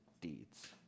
deeds